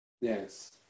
Yes